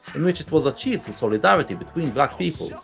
in which it was achieved through solidarity between black people,